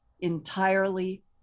entirely